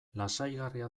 lasaigarria